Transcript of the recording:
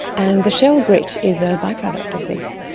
and the shell grit is a by-product of this.